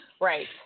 right